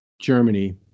Germany